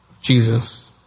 Jesus